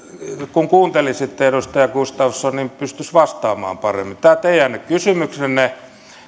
kun kuuntelisitte edustaja gustafsson niin pystyisi vastaamaan paremmin tämä teidän kysymyksenne